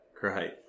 Great